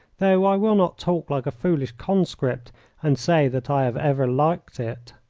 though i will not talk like a foolish conscript and say that i have ever liked it.